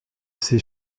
ses